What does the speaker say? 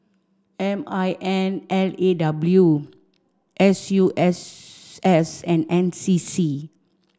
M I N L A W S U S S and N C C